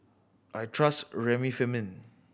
I trust Remifemin